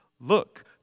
Look